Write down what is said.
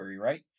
right